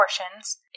portions